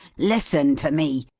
listen to me!